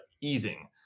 easing